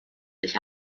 sich